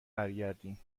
برگردین